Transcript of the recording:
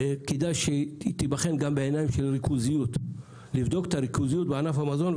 כדאי שתיבחן גם אל מול רמת הריכוזיות בענף המזון.